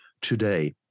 today